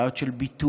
בעיות של ביטוח,